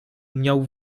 miał